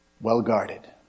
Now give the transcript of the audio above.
well-guarded